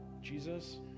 Jesus